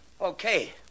Okay